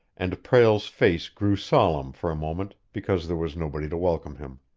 and prale's face grew solemn for a moment because there was nobody to welcome him.